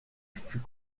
fut